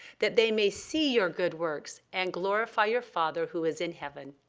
that they may see your good works and glorify your father who is in heaven.